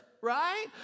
right